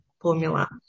formula